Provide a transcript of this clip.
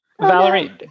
Valerie